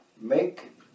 make